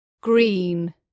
Green